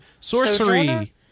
Sorcery